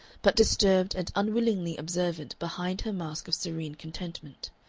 but disturbed and unwillingly observant behind her mask of serene contentment.